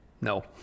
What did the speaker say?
No